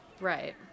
right